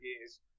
years